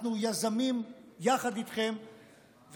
אנחנו יזמים יחד איתכם.